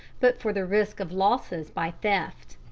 but for the risk of losses by theft.